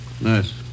Nice